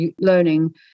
learning